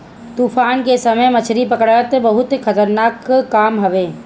तूफान के समय मछरी पकड़ल बहुते खतरनाक काम हवे